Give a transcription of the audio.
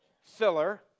filler